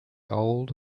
old